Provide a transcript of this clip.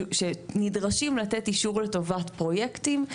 שנדרשים לתת אישורים לטובת פרויקטים.